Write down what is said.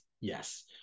yes